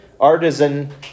artisan